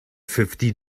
fifty